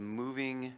moving